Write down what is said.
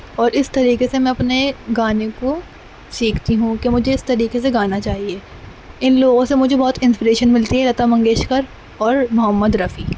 اور اس طریقے سے میں اپنے گانے کو سیکھتی ہوں کہ مجھے اس طریقے سے گانا چاہیے ان لوگوں سے مجھے بہت انسپریشن ملتی ہے لتا منگیشکر اور محمد رفیع